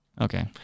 Okay